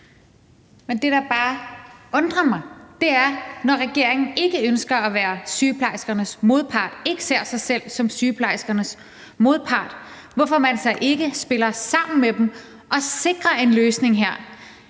Men det, der bare undrer mig, når regeringen ikke ønsker at være sygeplejerskerne modpart og ikke ser sig selv som sygeplejerskernes modpart, er, hvorfor man så ikke spiller sammen med dem og sikrer en løsning her.